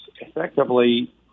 effectively